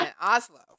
Oslo